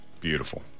beautiful